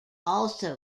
also